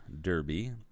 Derby